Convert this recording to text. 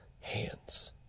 hands